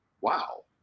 wow